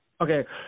Okay